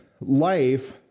life